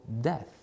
death